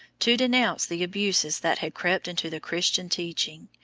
to denounce the abuses that had crept into the christian teaching,